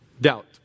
Doubt